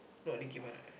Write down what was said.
not dikir barat ah